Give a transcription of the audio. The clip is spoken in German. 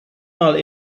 mal